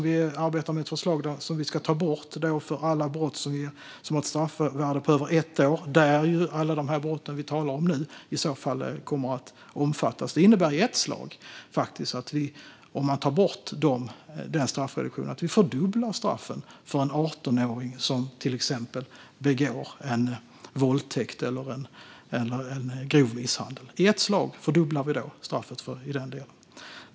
Vi arbetar med ett förslag om att ta bort den för alla brott som har ett straffvärde på över ett år. Där kommer alla de brott som vi nu talar om i så fall att omfattas. Om den straffreduktionen tas bort innebär det att vi i ett slag fördubblar straffen för en 18-åring som till exempel begår en våldtäkt eller en grov misshandel. I ett slag fördubblar vi då straffet i den delen.